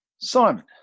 Simon